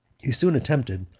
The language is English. he soon attempted,